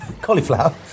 cauliflower